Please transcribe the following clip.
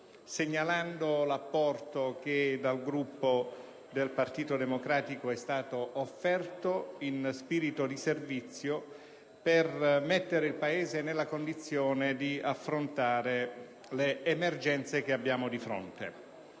segnalando l'apporto che dal Gruppo del Partito Democratico è stato offerto in spirito di servizio per mettere il Paese nella condizione di affrontare le emergenze che abbiamo di fronte.